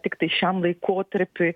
tiktai šiam laikotarpiui